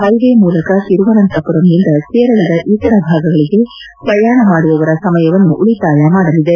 highway ಮೂಲಕ ತಿರುವನಂತಪುರಂನಿಂದ ಕೇರಳದ ಇತರ ಭಾಗಗಳಿಗೆ ಪ್ರಯಾಣ ಮಾಡುವವರ ಸಮಯವನ್ನು ಉಳಿತಾಯ ಮಾಡಲಿದೆ